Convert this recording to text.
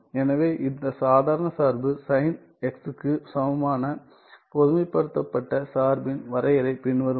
எனவே இந்த சாதாரண சார்பு சைன் x க்கு சமமான பொதுமைப்படுத்தப்பட்ட சார்பின் வரையறை பின்வருமாறு